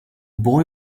boy